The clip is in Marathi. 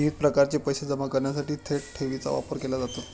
विविध प्रकारचे पैसे जमा करण्यासाठी थेट ठेवीचा वापर केला जातो